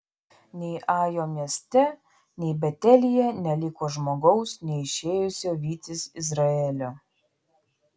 nei ajo mieste nei betelyje neliko žmogaus neišėjusio vytis izraelio